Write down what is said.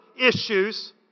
issues